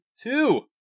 two